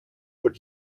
but